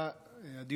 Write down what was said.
הדיון הוא חשוב מאוד.